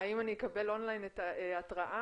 האם אני אקבל און-ליין את ההתראה?